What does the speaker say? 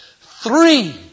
Three